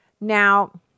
Now